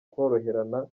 koroherana